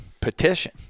petition